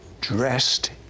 dressed